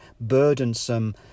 burdensome